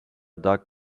doug